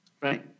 Right